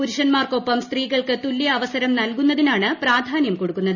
പുരുഷന്മാർക്കൊപ്പം സ്ത്രീകൾക്ക് തുലൃ അവസരം നൽകുന്നതിനാണ് പ്രാധാനൃം കൊടുക്കുന്നത്